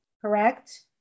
correct